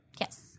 Yes